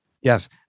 Yes